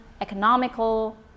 economical